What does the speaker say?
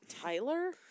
Tyler